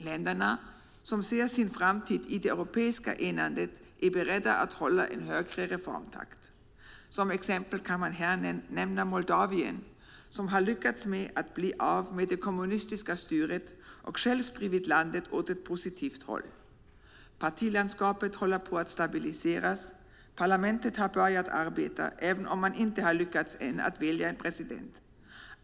Länderna som ser sin framtid i det europeiska enandet är beredda att hålla en högre reformtakt. Som exempel kan man här nämna Moldavien som har lyckats bli av med det kommunistiska styret och drivit landet åt ett positivt håll. Partilandskapet håller på att stabiliseras och parlamentet har börjat arbeta, även om man ännu inte har lyckats välja en president.